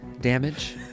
damage